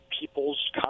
people's